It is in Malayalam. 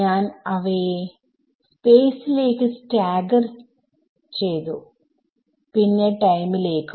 ഞാൻ അവയെ സ്പേസിലേക്ക് സ്റ്റാഗർ പിന്നെ ടൈമിലേക്കും